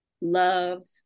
loved